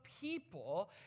people